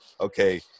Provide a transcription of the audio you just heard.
okay